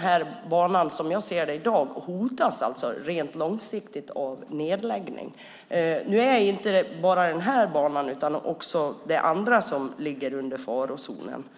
här banan hotas rent långsiktigt av nedläggning. Det är inte bara den här banan utan också andra som ligger i farozonen.